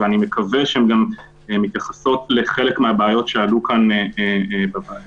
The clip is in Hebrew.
ואני מקווה שהן גם מתייחסות לחלק מהבעיות שעלו כאן בוועדה,